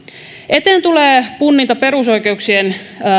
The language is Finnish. eteen tulee punninta perusoikeuksien